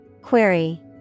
Query